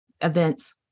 events